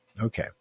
Okay